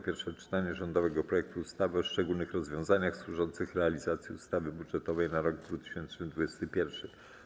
Pierwsze czytanie rządowego projektu ustawy o szczególnych rozwiązaniach służących realizacji ustawy budżetowej na rok 2021.